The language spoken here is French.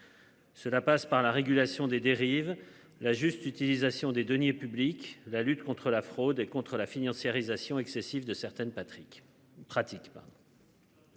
Cela passe par la régulation des dérives la juste utilisation des deniers publics, la lutte contre la fraude et contre la financiarisation excessive de certaines Patrick